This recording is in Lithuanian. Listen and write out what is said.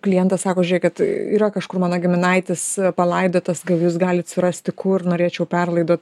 klientas sako žiūrėk kad yra kažkur mano giminaitis palaidotas kaip jūs galit surasti kur norėčiau perlaidot